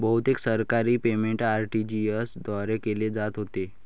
बहुतेक सरकारी payment RTGS द्वारे केले जात होते